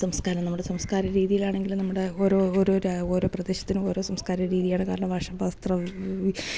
സംസ്കാരം നമ്മുടെ സംസ്കാര രീതിയിലാണെങ്കിൽ നമ്മുടെ ഓരോ ഓരോ ഓരോ പ്രദേശത്തിനും ഓരോ സംസ്കാര രീതിയാണ് കാരണം ഭാഷ വസ്ത്രം